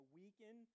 weaken